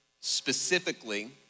specifically